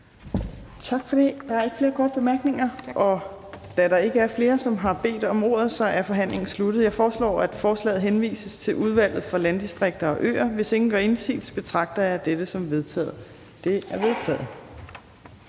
Tak for det. Der er ikke flere korte bemærkninger. Da der ikke er flere, som har bedt om ordet, er forhandlingen sluttet. Jeg foreslår, at forslaget henvises til Udvalget for Landdistrikter og Øer. Hvis ingen gør indsigelse, betragter jeg dette som vedtaget. Det er vedtaget.